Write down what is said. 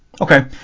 Okay